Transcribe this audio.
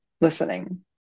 listening